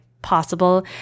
possible